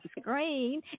screen